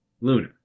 Luna